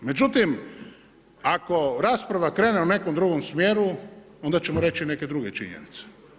Međutim ako rasprava krene u nekom drugom smjeru, onda ćemo reći neke druge činjenice.